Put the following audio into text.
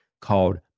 called